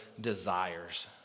desires